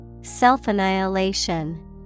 Self-annihilation